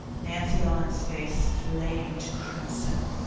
nancy ellen's face flamed crimson.